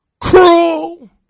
Cruel